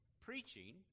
preaching